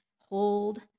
Hold